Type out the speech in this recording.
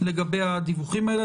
לגבי הדיווחים האלה.